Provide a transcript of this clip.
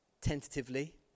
tentatively